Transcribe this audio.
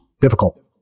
difficult